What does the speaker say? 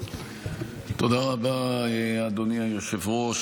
תודה רבה, אדוני היושב-ראש.